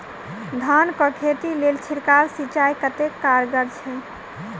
धान कऽ खेती लेल छिड़काव सिंचाई कतेक कारगर छै?